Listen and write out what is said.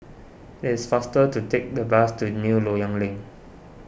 it is faster to take the bus to New Loyang Link